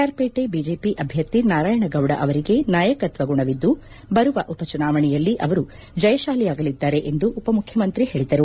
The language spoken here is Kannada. ಆರ್ ಪೇಟೆ ಬಿಜೆಪಿ ಅಭ್ಯರ್ಥಿ ನಾರಾಯಣಗೌಡ ಅವರಿಗೆ ನಾಯಕತ್ತ ಗುಣವಿದ್ದು ಬರುವ ಉಪಚುನಾವಣೆಯಲ್ಲಿ ಅವರು ಜಯಶಾಲಿಯಾಗಲಿದ್ದಾರೆ ಎಂದು ಉಪಮುಖ್ಯಮಂತ್ರಿ ಹೇಳಿದರು